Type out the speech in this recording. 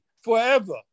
forever